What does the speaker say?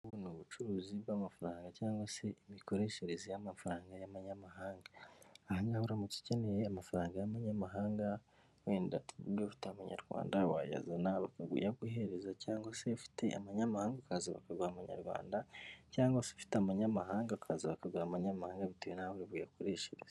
Ubucuruzi bw'amafaranga cyangwa se imikoreshereze y'amafaranga y'amanyamahanga. Aha ngaha uramutse ukeneye amafaranga y'amanyamahanga wenda niba ufite amanyarwanda wayazana bakayaguhereza cyangwa se ufite amanyamahanga ukaza bakaguha amanyarwanda, cyangwa se ufite amanyamahanga ukaza bakaguha amanyamahanga bitewe n'aho uri buyakoreshereze.